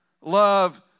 love